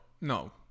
no